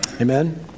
Amen